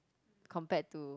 compared to